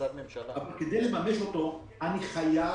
כדי לממש אותו אני חייב